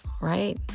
Right